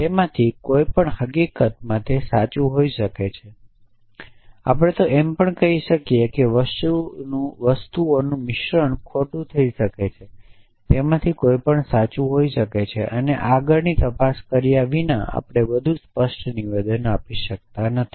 તેમાંથી કોઈ પણ હકીકતમાં સાચું હોઇ શકે આપણે તો એમ પણ કહી શકીએ કે વસ્તુઓનું મિશ્રણ ખોટું થઈ શકે છે તેમાંથી કોઈ પણ સાચું હોઇ શકે અને આગળની તપાસ કર્યા વિના આપણે વધુ સ્પષ્ટ નિવેદન આપી શકતા નથી